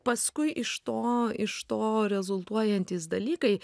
paskui iš to iš to rezultuojantys dalykai